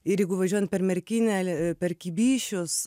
ir jeigu važiuojant per merkinę per kibyšius